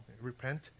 repent